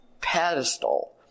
pedestal